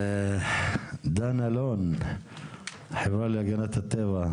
דן אלון, החברה להגנת הטבע.